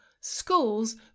schools